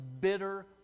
bitter